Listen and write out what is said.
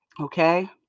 Okay